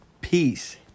peace